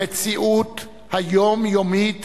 המציאות היומיומית